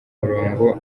murongo